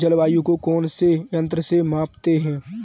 जलवायु को कौन से यंत्र से मापते हैं?